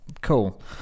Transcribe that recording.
cool